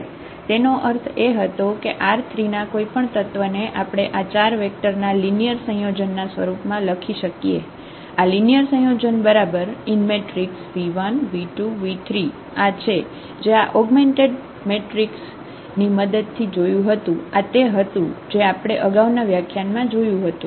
તેનો અર્થ એ હતો કે R3 ના કોઈપણ તત્વને આપણે આ 4 વેક્ટર ના લિનિયર સંયોજનના સ્વરૂપમાં લખી શકીએ આ લિનિયર સંયયોજન બરાબર v1 v2 v3 આ છે જે આ ઓગમેન્ટેડ મેટ્રિક્સ ની મદદ થી જોયું હતું આ તે હતું જે આપણે આગાઉના વ્યાખ્યાન માં જોયું હતું